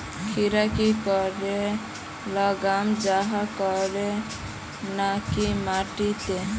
खीरा की करे लगाम जाहाँ करे ना की माटी त?